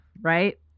right